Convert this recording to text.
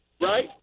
right